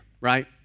right